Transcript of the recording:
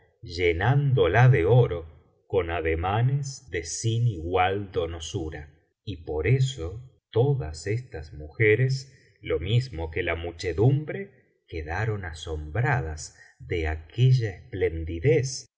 llenándola de oro con ademanes de sin igual donosura y por eso todas estas mujeres lo mismo que la muchedumbre quedaron asombradas de aquella esplendidez